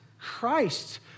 Christ